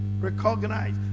recognize